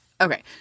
okay